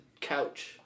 couch